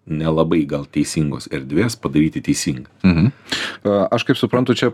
nelabai gal teisingos erdvės padaryti teisingą